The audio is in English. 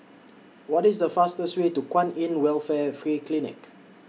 What IS The fastest Way to Kwan in Welfare Free Clinic